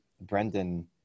Brendan